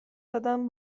زدن